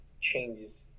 changes